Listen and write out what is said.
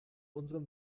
unserem